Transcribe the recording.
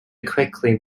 quickly